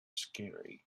scary